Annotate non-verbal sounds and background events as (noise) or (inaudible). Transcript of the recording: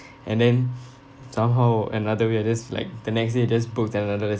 and then (noise) somehow another way I just like the next day I just book another